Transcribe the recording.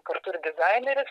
kartu ir dizaineris